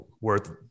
worth